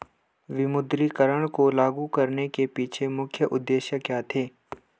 विमुद्रीकरण को लागू करने के पीछे मुख्य उद्देश्य क्या थे?